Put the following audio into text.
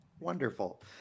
Wonderful